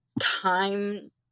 time